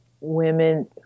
women